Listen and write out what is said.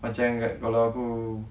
macam kat kalau aku